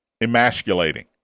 emasculating